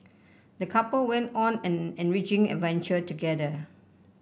the couple went on an enriching adventure together